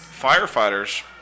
Firefighters